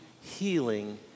healing